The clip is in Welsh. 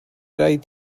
raid